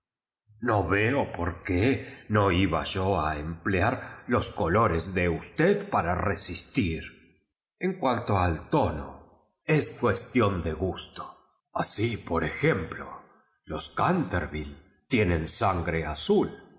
no veo por qu uu iba yo a emplear jos colores de usted para resistir en runa tú al tono es cuestión de gusto así por ejemplo los canp a cinco magazine temlio tienen sangre azul